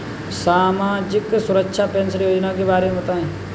सामाजिक सुरक्षा पेंशन योजना के बारे में बताएँ?